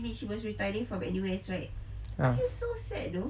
ya